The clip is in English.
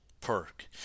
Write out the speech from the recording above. perk